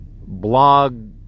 blog